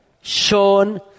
shown